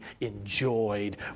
enjoyed